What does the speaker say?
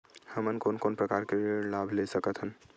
हमन कोन कोन प्रकार के ऋण लाभ ले सकत हन?